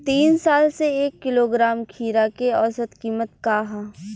तीन साल से एक किलोग्राम खीरा के औसत किमत का ह?